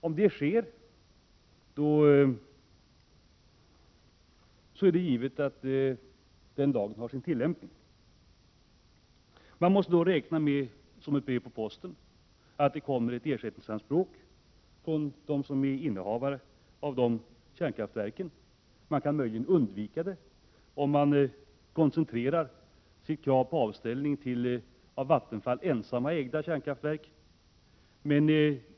Om så sker måste vi räkna med att det kommer ersättningsanspråk som ett brev på posten från dem som är innehavare av de ifrågavarande kärnkraftreakto 15 rerna. Möjligen kan sådana krav undvikas om avställning endast berör av Vattenfall helägda kärnkraftreaktorer.